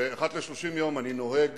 ואחת ל-30 יום אני נוהג